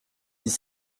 dix